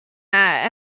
that